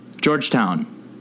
Georgetown